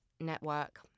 network